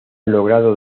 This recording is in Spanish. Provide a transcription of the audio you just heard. logrado